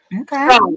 okay